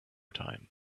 time